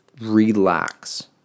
Relax